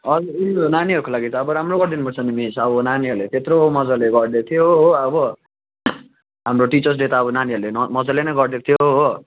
हजुर उयो नानीहरूको लागि त अब राम्रो गरिदिनु पर्छ अब नानीहरूले त्यत्रो मजाले गरिदिएको थियो अब हाम्रो टिचर्स डे त अब नानीहरूले न मजाले नै गरिदिएको थियो हो